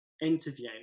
Interview